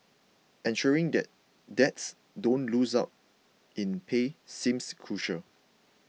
ensuring that dads don't lose out in pay seems crucial